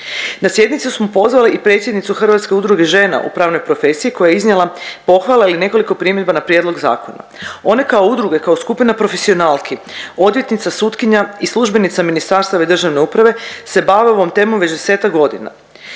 Na sjednicu smo pozvali i predsjednicu Hrvatske udruge žena u pravnoj profesiji koja je iznijela pohvale ali i nekoliko primjedba na prijedlog zakona. One kao udruge kao skupina profesionalki odvjetnica, sutkinja i službenica ministarstva i državne uprave se bave ovom temom već 10-ak godina.